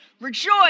Rejoice